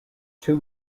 two